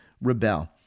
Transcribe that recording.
rebel